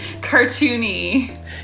cartoony